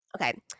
okay